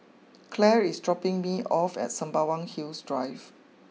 Clare is dropping me off at Sembawang Hills Drive